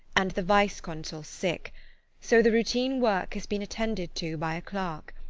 and the vice-consul sick so the routine work has been attended to by a clerk.